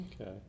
Okay